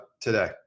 today